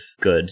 good